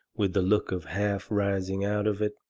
with the look of half raising out of it,